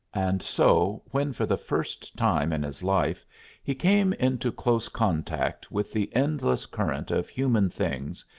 and so, when for the first time in his life he came into close contact with the endless current of human things,